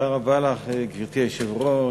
גברתי היושבת-ראש,